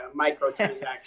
microtransactions